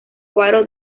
faro